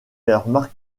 leurs